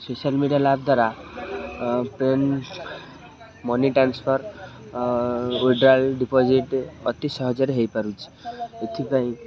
social media app ଦ୍ୱାରା money transfer withdrawal deposit ଅତି ସହଜରେ ହେଇପାରୁଛି ଏଥିପାଇଁ